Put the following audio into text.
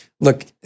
look